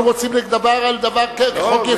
אנחנו רוצים לדבר על דבר כחוק-יסוד.